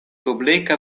publika